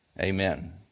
amen